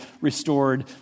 restored